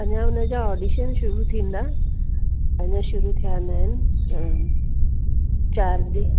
अञा हुनजा ऑडिशन शुरू थींदा अञा शुरू थिया न आहिनि चारि ॾींहं